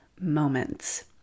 moments